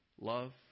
love